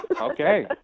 Okay